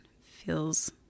feels